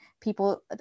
people